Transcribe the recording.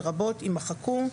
לרבות" יימחקו,